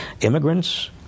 immigrants